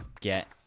get